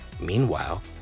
Meanwhile